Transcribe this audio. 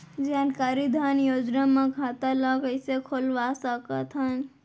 जानकारी धन योजना म खाता ल कइसे खोलवा सकथन?